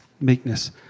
meekness